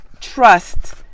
trust